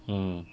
mm